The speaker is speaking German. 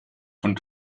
von